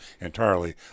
entirely